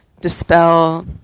dispel